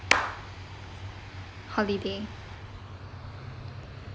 holiday